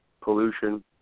pollution